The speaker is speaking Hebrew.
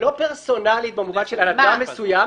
לא פרסונלית במובן של על אדם מסוים,